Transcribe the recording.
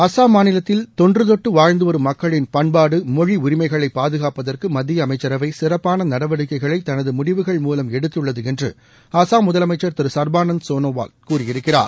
அசாம் மாநிலத்தில் தொன்றுதொட்டு வாழ்ந்து வரும் மக்களின் பண்பாட்டு மொழி உரிமைகளை பாதுகாப்பதற்கு மத்திய அமைச்சரவை சிறப்பான நடவடிக்கைகளை தனது முடிவுகள் மூலம் எடுத்துள்ளது என்று அசாம் முதலமைச்சர் திரு சர்பானந்த் சோனோவால் கூறியிருக்கிறார்